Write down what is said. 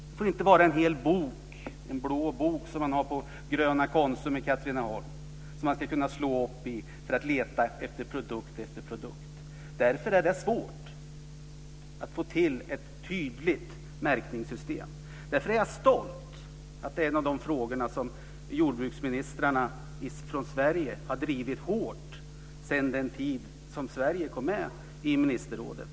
Det får inte vara en hel bok, en blå bok som man har på Gröna Konsum i Katrineholm, som man ska kunna slå upp i och leta efter produkt efter produkt. Därför är det svårt att få till ett tydligt märkningssystem. Jag är därför stolt att detta är en av de frågor som jordbruksministrarna från Sverige har drivit hårt sedan Sverige kom med i ministerrådet.